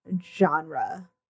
genre